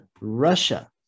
Russia